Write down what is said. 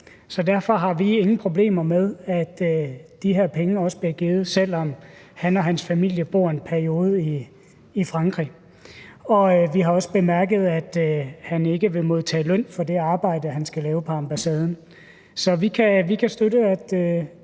Så derfor har vi ingen problemer med, at de her penge også bliver givet, selv om han og hans familie bor en periode i Frankrig. Vi har også bemærket, at han ikke vil modtage løn for det arbejde, han skal lave på ambassaden. Så vi kan støtte,